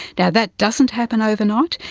yeah that doesn't happen overnight.